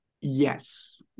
Yes